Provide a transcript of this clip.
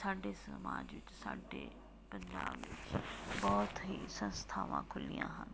ਸਾਡੇ ਸਮਾਜ ਵਿੱਚ ਸਾਡੇ ਪੰਜਾਬ ਵਿੱਚ ਬਹੁਤ ਹੀ ਸੰਸਥਾਵਾਂ ਖੁੱਲ੍ਹੀਆਂ ਹਨ